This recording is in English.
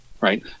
right